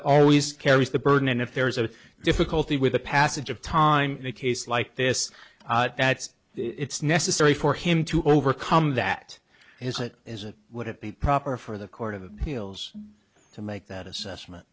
always carries the burden and if there is a difficulty with the passage of time in a case like this it's necessary for him to overcome that is it is it would it be proper for the court of appeals to make that assessment